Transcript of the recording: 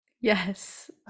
Yes